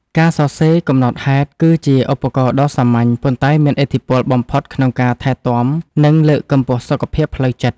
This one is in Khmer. ការសរសេរកំណត់ហេតុ គឺជាឧបករណ៍ដ៏សាមញ្ញ ប៉ុន្តែមានឥទ្ធិពលបំផុតក្នុងការថែទាំ និងលើកកម្ពស់សុខភាពផ្លូវចិត្ត។